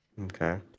okay